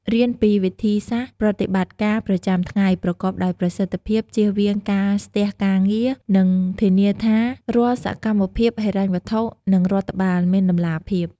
រៀនពីវិធីសាស្ត្រប្រតិបត្តិការប្រចាំថ្ងៃប្រកបដោយប្រសិទ្ធភាព ជៀសវាងការស្ទះការងារ និងធានាថារាល់សកម្មភាពហិរញ្ញវត្ថុ និងរដ្ឋបាលមានតម្លាភាព។